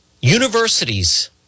universities-